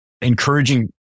encouraging